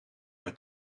mij